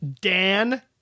Dan